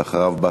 ואחריו,